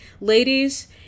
Ladies